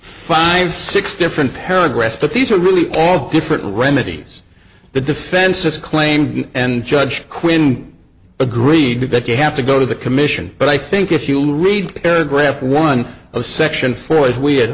five six different paragraphs but these are really all different remedies the defense's claim and judge quinn agreed to but you have to go to the commission but i think if you'll read paragraph one of section four as we